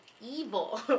evil